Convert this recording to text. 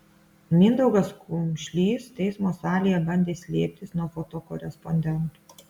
mindaugas kumšlys teismo salėje bandė slėptis nuo fotokorespondentų